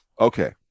Okay